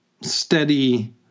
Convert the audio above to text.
steady